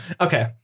okay